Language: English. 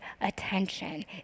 attention